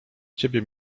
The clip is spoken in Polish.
ciebie